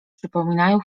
przypominają